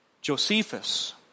Josephus